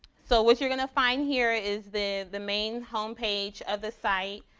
so what you're gonna find here is the the main homepage of the site.